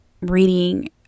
reading